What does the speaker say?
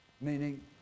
Meaning